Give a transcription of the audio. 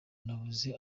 nabuze